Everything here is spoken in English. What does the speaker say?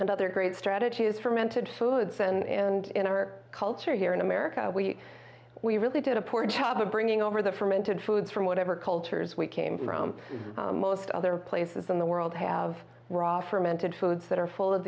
and other great strategies fermented foods and in our culture here in america we we really did a poor job of bringing over the fermented foods from whatever cultures we came from most other places in the world have raw fermented foods that are full of